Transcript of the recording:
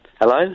Hello